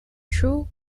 true